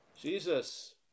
Jesus